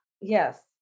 Yes